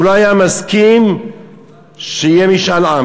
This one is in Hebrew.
הוא לא היה מסכים שיהיה משאל עם,